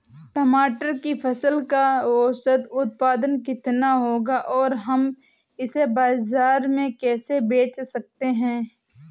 टमाटर की फसल का औसत उत्पादन कितना होगा और हम इसे बाजार में कैसे बेच सकते हैं?